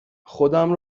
خودم